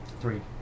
Three